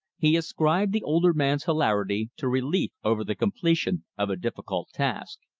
he ascribed the older man's hilarity to relief over the completion of a difficult task.